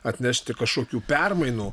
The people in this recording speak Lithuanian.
atnešti kažkokių permainų